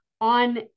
On